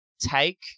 take